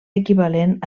equivalent